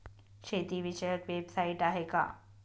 शेतीविषयक वेबसाइट आहे का?